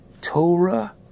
Torah